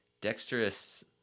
Dexterous